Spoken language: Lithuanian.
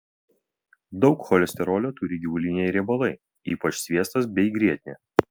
daug cholesterolio turi gyvuliniai riebalai ypač sviestas bei grietinė